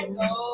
go